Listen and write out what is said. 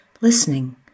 listening